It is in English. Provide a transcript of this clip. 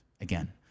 again